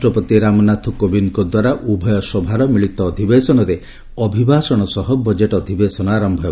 ରାଷ୍ଟ୍ରପତି ରାମନାଥ କୋବିନ୍ଦଙ୍କ ଦ୍ୱାରା ଉଭୟ ସଭାର ମିଳିତ ଅଧିବେଶନରେ ଅଭିଭାଷଣ ସହ ବଜେଟ୍ ଅଧିବେଶନ ଆରମ୍ଭ ହେବ